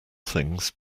things